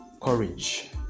Courage